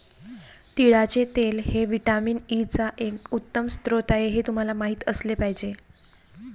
तिळाचे तेल हे व्हिटॅमिन ई चा एक उत्तम स्रोत आहे हे तुम्हाला माहित असले पाहिजे